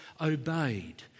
obeyed